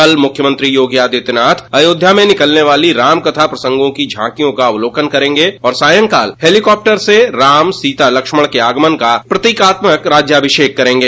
कल मुख्यमंत्री योगी आदित्यनाथ अयोध्या में निकलने वाली रामकथा प्रसंगों की झांकियों का अवलोकन करेंगे और सांयकाल हेलीकाप्टर से राम सीता लक्ष्मण के आगमन का प्रतीकात्मक अभिषेक करेंगे